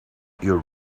your